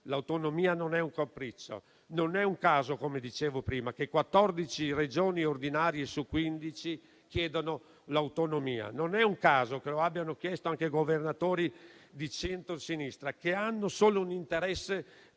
L'autonomia non è un capriccio: non è un caso, come dicevo prima, che 14 Regioni ordinarie su 15 chiedano l'autonomia; non è un caso che lo abbiano chiesto anche governatori di centrosinistra, che hanno solo un interesse